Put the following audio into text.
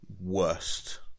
worst